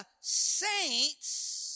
saints